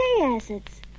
acids